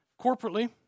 corporately